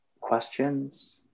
questions